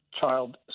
child